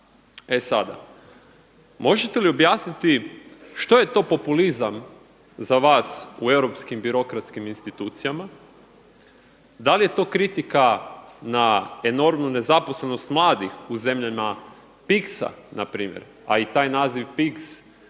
E sada možete li objasniti što je to populizam za vas u europskim birokratskim institucijama? Da li je to kritika na enormnu nezaposlenost mladih u zemljama PIGS-a npr. a i taj naziv PIGS